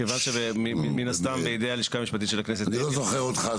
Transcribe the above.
מכיוון שמן הסתם בידי הלשכה המשפטית --- אני לא זוכר אותך,